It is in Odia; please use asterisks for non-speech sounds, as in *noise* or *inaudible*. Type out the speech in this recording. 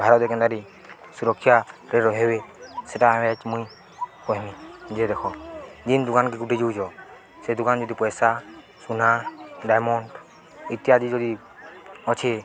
ଭାରତ *unintelligible* ସୁରକ୍ଷାାରେ ରହବେ ସେଟା ଆମ ମୁଇଁ କହମି ଯିଏ ଦେଖ ଯିନ୍ ଦୁକାନକେ ଗୋଟେ ଯାଇଛ ସେ ଦୁକାନ୍ ଯଦି ପଇସା ସୁନା ଡ଼ାଇମଣ୍ଡ୍ ଇତ୍ୟାଦି ଯଦି ଅଛେ